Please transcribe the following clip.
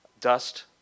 dust